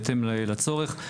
בהתאם לצורך.